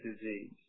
disease